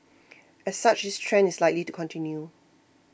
as such this trend is likely to continue